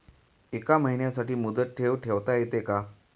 एका महिन्यासाठी मुदत ठेव ठेवता येते का?